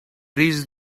reached